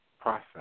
process